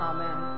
Amen